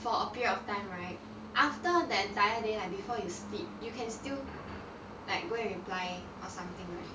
for a period of time right after the entire day like before you sleep you can still like go and reply or something right